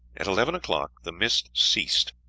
at eleven o'clock the mist ceased.